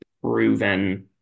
proven